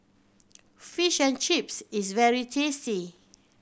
Fish and Chips is very tasty